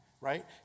right